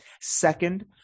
Second